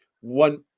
one